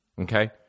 okay